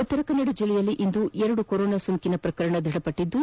ಉತ್ತರ ಕನ್ನಡ ಜಿಲ್ಲೆಯಲ್ಲಿ ಇಂದು ಎರಡು ಕೊರೋನಾ ಸೋಂಕಿನ ಪ್ರಕರಣ ದೃಢಪಟ್ಟದ್ದು